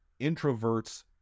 introverts